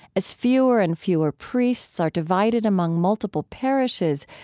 as fewer and fewer priests are divided among multiple parishes,